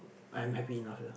I am happy enough liao